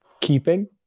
keeping